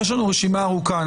יש לנו רשימה ארוכה.